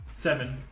Seven